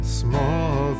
small